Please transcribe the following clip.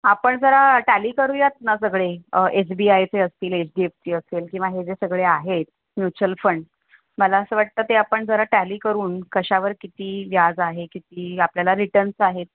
आपण जरा टॅली करूयात ना सगळे एस बी आय चे असतील एच डी एफ सी असेल किंवा हे जे सगळे आहेत म्युच्युअल फंड मला असं वाटतं ते आपण जरा टॅली करून कशावर किती व्याज आहे किती आपल्याला रिटर्न्स आहेत